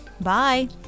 Bye